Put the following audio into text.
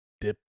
dip